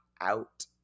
out